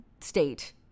state